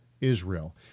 Israel